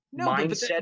mindset